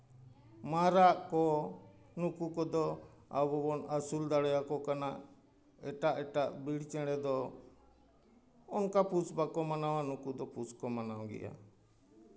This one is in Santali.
ᱢᱟᱨᱟᱜ ᱠᱚ ᱱᱩᱠᱩ ᱠᱚᱫᱚ ᱟᱵᱚ ᱵᱚᱱ ᱟᱹᱥᱩᱞ ᱫᱟᱲᱮᱣᱟᱠᱚ ᱠᱟᱱᱟ ᱮᱴᱟᱜ ᱮᱴᱟᱜ ᱵᱤᱨ ᱪᱮᱬᱮ ᱫᱚ ᱚᱱᱠᱟ ᱯᱩᱥ ᱵᱟᱠᱚ ᱢᱟᱱᱟᱣᱟ ᱱᱩᱠᱩ ᱫᱚ ᱯᱩᱥ ᱠᱚ ᱢᱟᱱᱟᱣ ᱜᱮᱭᱟ